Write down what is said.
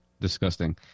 Disgusting